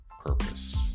purpose